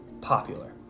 popular